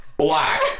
black